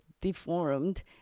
deformed